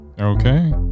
okay